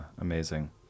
amazing